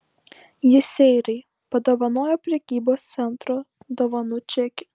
jis seirai padovanojo prekybos centro dovanų čekį